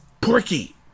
Porky